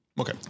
Okay